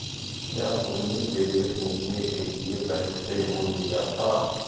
क्या तुमने विदेश घूमने के लिए बैंक से लोन लिया था?